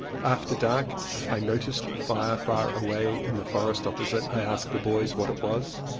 after dark i noticed a fire far away in the forest opposite. i asked the boys what it was.